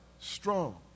Strong